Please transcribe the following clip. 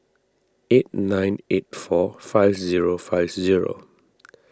eight nine eight four five zero five zero